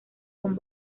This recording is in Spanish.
con